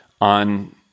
on